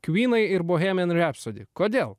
kvynai ir bohemijan rapsody kodėl